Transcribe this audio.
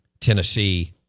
Tennessee